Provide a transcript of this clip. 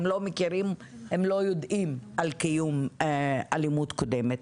הם לא מכירים, הם לא יודעים על קיום אלימות קודמת.